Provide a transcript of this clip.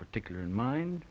particular in mind